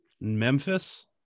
memphis